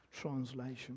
translation